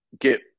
get